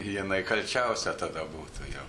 jinai kalčiausia tada būtų jau